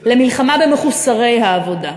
למלחמה במחוסרי העבודה.